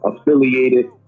affiliated